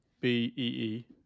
B-E-E